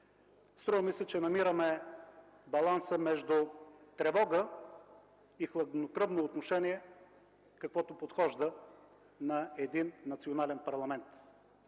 струва ми се, че намираме баланса между тревога и хладнокръвно отношение, каквото подхожда на един национален парламент.